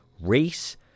race